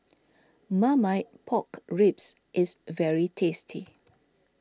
Marmite Pork Ribs is very tasty